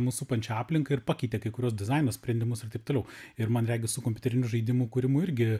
mus supančią aplinką ir pakeitė kai kuriuos dizaino sprendimus ir taip toliau ir man regis su kompiuterinių žaidimų kūrimu irgi